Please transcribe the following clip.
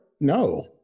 No